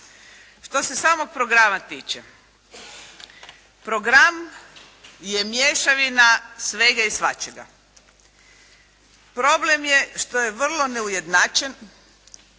Što se samog programa tiče, program je mješavina svega i svačega. Problem je što je vrlo neujednačen,